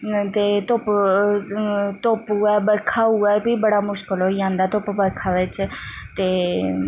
ते धुप्प धुप्प होऐ बरखा होऐ ते फ्ही बड़ा मुश्कल होई जंदा धुप्प बरखा बिच्च ते